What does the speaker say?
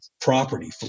property